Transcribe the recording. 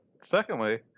Secondly